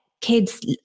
kids